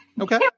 Okay